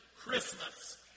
Christmas